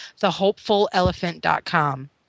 thehopefulelephant.com